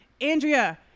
Andrea